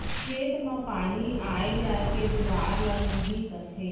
खेत म पानी आय जाय के दुवार ल मुंही कथें